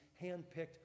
handpicked